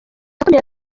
akomeye